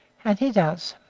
and he does.